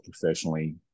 professionally